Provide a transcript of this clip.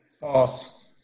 False